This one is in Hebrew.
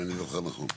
אם אני זוכר נכון.